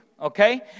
Okay